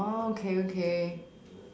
oh okay okay